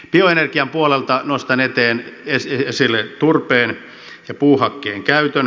bioenergian puolelta nostan esille turpeen ja puuhakkeen käytön